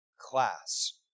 class